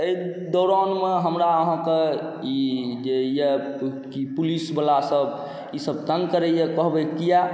एहि दौरानमे हमरा अहाँके ई जे यए की पुलिसवलासभ ईसभ तंग करैए कहबै किया